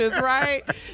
right